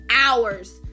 hours